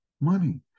money